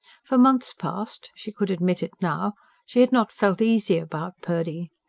for months past she could admit it now she had not felt easy about purdy.